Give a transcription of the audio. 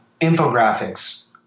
infographics